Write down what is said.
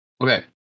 Okay